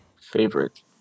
Favorite